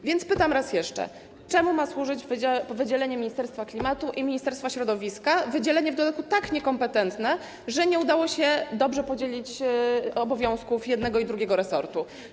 A więc pytam raz jeszcze: Czemu ma służyć wydzielenie Ministerstwa Klimatu i Ministerstwa Środowiska, wydzielenie w dodatku tak niekompetentne, że nie udało się dobrze podzielić obowiązków jednego i drugiego resortu?